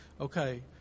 Okay